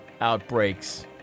outbreaks